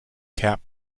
cap